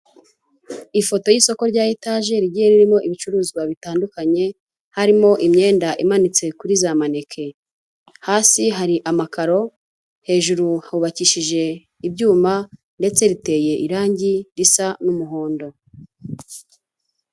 Ifoto y'isoko rya etaje rigiye ririmo ibicuruzwa bitandukanye; harimo imyenda imanitse kuri za maneke; hasi hari amakaro, hejuru hubakishije ibyuma ndetse riteye irangi risa n'umuhondo.